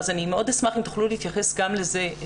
אז אשמח מאוד אם תוכלו להתייחס גם לזה.